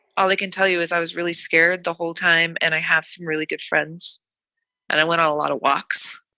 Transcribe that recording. all i can tell you is i was really scared the whole time and i have some really good friends and i went to a lot of walks